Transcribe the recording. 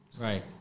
Right